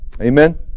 Amen